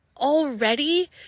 already